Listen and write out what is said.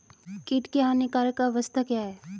कीट की हानिकारक अवस्था क्या है?